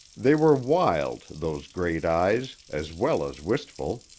they were wild, those great eyes, as well as wistful.